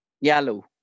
Yellow